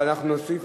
אבל אנחנו נוסיף,